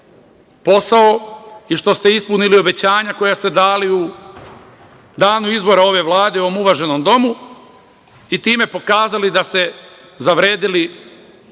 posao i što ste ispunili obećanja koja ste dali u danu izbora ove Vlade u ovom uvaženom Domu i time pokazali da ste zavredeli